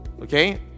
Okay